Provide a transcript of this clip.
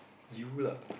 you lah